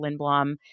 Lindblom